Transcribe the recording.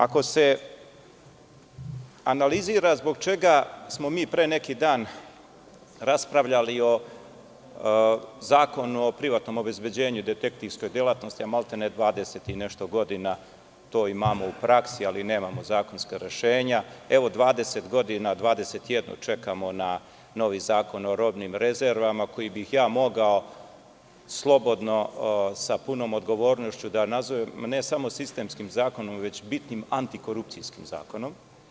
Ako se analizira zbog čega smo mi pre neki dan raspravljali o Zakonu o privatnom obezbeđenju i detektivskoj delatnosti, a maltene 20 i nešto godina to imamo u praksi ali nemamo zakonska rešenja, evo, 21 godinu čekamo na novi zakon o robnim rezervama koji bih ja mogao slobodno sa punom odgovornošću da nazovem ne samo sistemskim zakonom već bitnim antikorupcijskim zakonom.